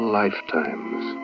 lifetimes